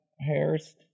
hairs